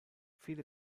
viele